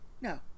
No